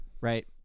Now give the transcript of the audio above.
Right